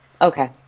Okay